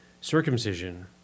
circumcision